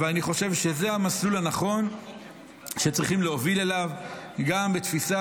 אבל אני חושב שזה המסלול הנכון שצריכים להוביל אליו גם בתפיסה